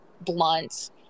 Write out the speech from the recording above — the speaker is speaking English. blunt